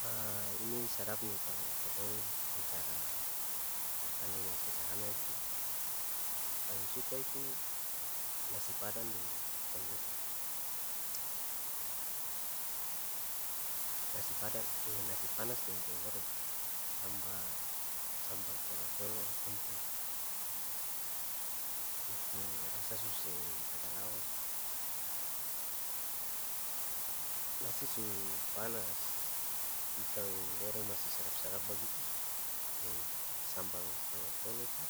Ha ini sadap ni kalo katong bicara makanang yang sederhana itu paleng suka itu nasi padang deng ikang goreng nasi padang nasi panas deng ikang goreng tamba sambal colo-colo ampun, itu rasa su seng ada lawang nasi su panas ikang goreng masi sadap-sadap bagitu deng sambal colo-colo tu